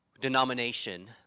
denomination